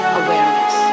awareness